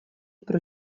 pro